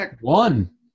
One